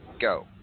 go